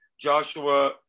Joshua